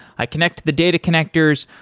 i connect to the data connectors,